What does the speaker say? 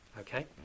Okay